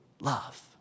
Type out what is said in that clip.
love